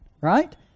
right